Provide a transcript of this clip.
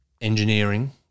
engineering